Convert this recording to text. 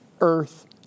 earth